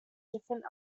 different